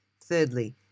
Thirdly